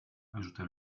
ajouta